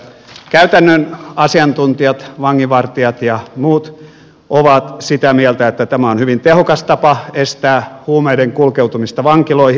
käytännön asiantuntijat vanginvartijat ja muut ovat sitä mieltä että tämä on hyvin tehokas tapa estää huumeiden kulkeutumista vankiloihin